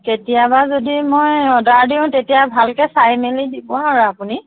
কেতিয়াবা যদি মই অৰ্ডাৰ দিওঁ তেতিয়া ভালকৈ চাই মেলি দিব আৰু আপুনি